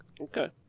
Okay